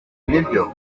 nibyo